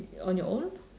on your own